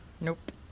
Nope